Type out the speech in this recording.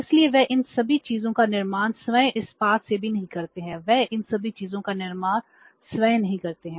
इसलिए वे इन सभी चीजों का निर्माण स्वयं इस्पात से भी नहीं करते हैं वे इन सभी चीजों का निर्माण स्वयं नहीं करते हैं